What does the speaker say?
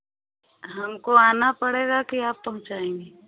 हमको आना पड़ेगा की आप पहुँचाएँगे